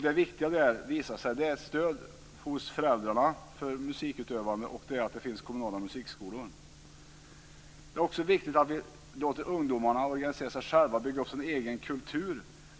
Det viktigaste i det här sammanhanget är stödet från föräldrarna för musikutövande och att det finns kommunala musikskolor. Vi måste också låta ungdomarna organisera sig själva och bygga upp sin egen kultur.